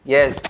Yes